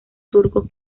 turcos